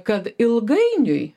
kad ilgainiui